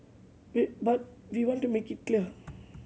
we but we want to make it clear